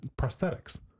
prosthetics